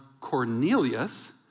Cornelius